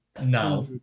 Now